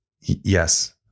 Yes